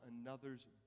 another's